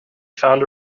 found